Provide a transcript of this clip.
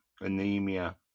anemia